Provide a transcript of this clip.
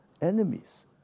enemies